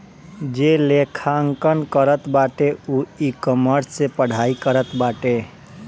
जे लेखांकन करत बाटे उ इकामर्स से पढ़ाई करत बाटे